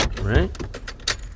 right